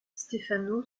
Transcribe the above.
stefano